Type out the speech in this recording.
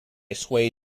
sway